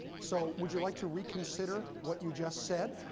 so would you like to reconsider what you just said?